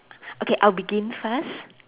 okay I'll begin first